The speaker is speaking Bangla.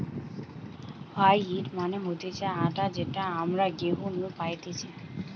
হোইট মানে হতিছে আটা যেটা আমরা গেহু নু পাইতেছে